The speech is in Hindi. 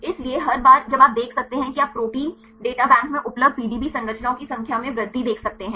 इसलिए हर बार जब आप देख सकते हैं कि आप प्रोटीन डाटा बैंक में उपलब्ध पीडीबी संरचनाओं की संख्या में वृद्धि देख सकते हैं